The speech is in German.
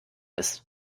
ist